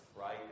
right